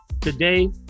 Today